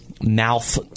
mouth